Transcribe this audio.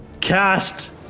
cast